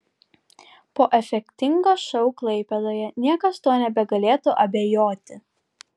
po efektingo šou klaipėdoje niekas tuo nebegalėtų abejoti